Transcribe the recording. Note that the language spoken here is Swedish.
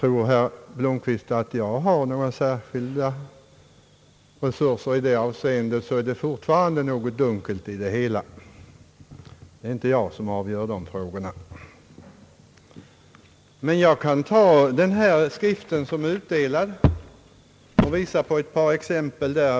Om herr Blomquist tror att jag har några resurser i det avseendet, är det fortfarande något dunkelt i det hela. Det är inte jag som avgör dessa frågor. I den skrift som har utdelats här vill jag gärna för herr Blomquist påvisa ett par exempel.